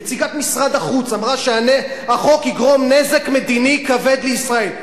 נציגת משרד החוץ שאמרה שהחוק יגרום נזק מדיני כבד לישראל.